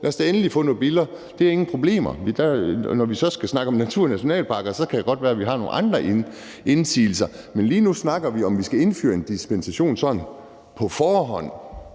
lad os da endelig få nogle biller – det er der da ingen problemer i, og når vi så skal snakke om naturnationalparker, kan det godt være, at vi har nogle andre indsigelser. Men lige nu snakker vi om, om vi skal indføre en dispensation sådan på forhånd,